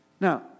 Now